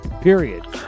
Period